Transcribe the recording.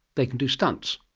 they can do stunts.